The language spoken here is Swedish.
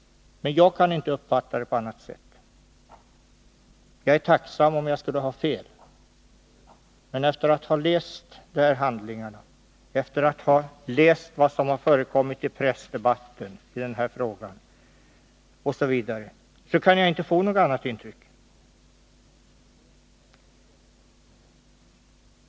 Men jag kan inte uppfatta det på annat sätt. Jag är tacksam om jag skulle ha fel. Men efter att ha läst dessa handlingar, och efter att ha läst vad som har förekommit i pressdebatten i den här frågan, kan jag inte få något annat intryck.